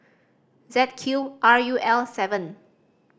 Z Q R U L seven